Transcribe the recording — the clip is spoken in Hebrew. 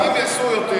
אם יעשו יותר,